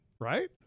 Right